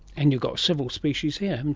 and you've got several species here, um